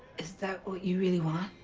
is that what you really want?